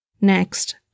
Next